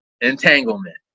Entanglement